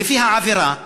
ולפי העבירה,